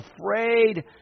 afraid